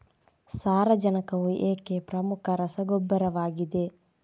ಸಾರಜನಕವು ಏಕೆ ಪ್ರಮುಖ ರಸಗೊಬ್ಬರವಾಗಿದೆ?